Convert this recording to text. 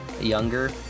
younger